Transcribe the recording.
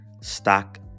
stock